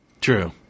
True